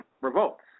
Revolts